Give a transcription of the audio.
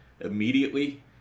immediately